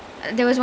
mm